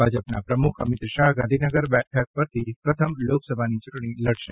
ભાજપના પ્રમુખ અમિત શાહ ગાંધીનગર બેઠક પરથી પ્રથમ લોકસભાની ચૂંટણી લડશે